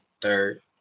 third